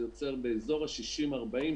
זה יוצר באזור ה-60%-40%,